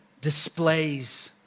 displays